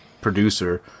producer